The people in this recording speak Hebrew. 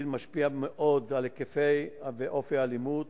משפיעה מאוד על ההיקפים והאופי של האלימות,